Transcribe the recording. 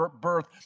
birth